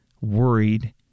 worried